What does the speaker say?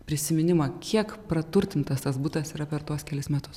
prisiminimą kiek praturtintas tas butas yra per tuos kelis metus